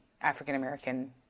African-American